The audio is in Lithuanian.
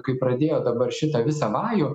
kaip pradėjo dabar šitą visą vajų